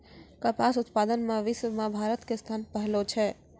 कपास उत्पादन मॅ विश्व मॅ भारत के स्थान पहलो छै